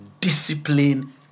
discipline